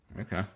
Okay